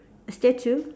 a statue